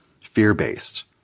fear-based